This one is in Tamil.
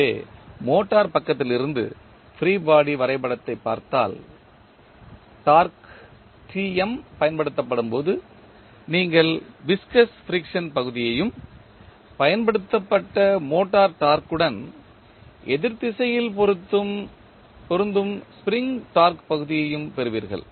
எனவே மோட்டார் பக்கத்திலிருந்து ஃப்ரீ பாடி வரைபடத்தைப் பார்த்தால் டார்க்கு பயன்படுத்தப்படும்போது நீங்கள் விஸ்கஸ் ஃபிரிக்சன் பகுதியையும் பயன்படுத்தப்பட்ட மோட்டார் டார்க்கு ன் எதிர் திசையில் பொருந்தும் ஸ்ப்ரிங் டார்க்கு பகுதியையும் பெறுவீர்கள்